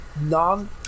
non